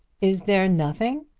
is there nothing?